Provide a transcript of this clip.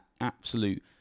absolute